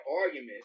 argument